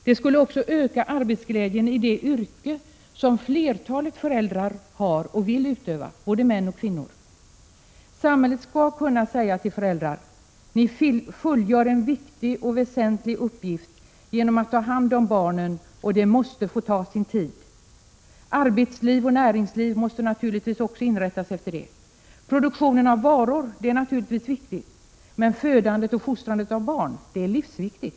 Det skulle också öka arbetsglädjen i det yrke som flertalet föräldrar har och vill utöva, både män och kvinnor. Samhället skall kunna säga till föräldrar: Ni fullgör en viktig och väsentlig uppgift genom att ta hand om barnen, och det måste få ta sin tid. Arbetsliv och näringsliv måste också inrättas efter detta. Produktionen av varor är naturligtvis viktig, men Prot. 1986/87:135 födandet och fostrandet av barn är livsviktigt.